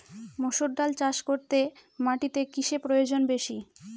মুসুর ডাল চাষ করতে মাটিতে কিসে প্রয়োজন বেশী?